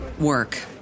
work